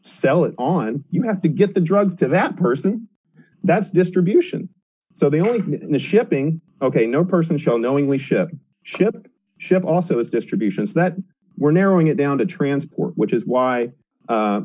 sell it on you have to get the drugs to that person that's distribution so the only shipping ok no person shall knowingly ship ship that ship also is distributions that we're narrowing it down to transport which is why